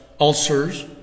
ulcers